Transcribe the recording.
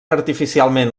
artificialment